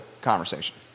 conversation